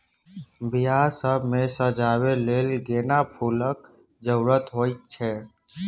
बियाह सब मे सजाबै लेल गेना फुलक जरुरत होइ छै